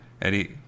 Eddie